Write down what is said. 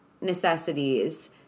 necessities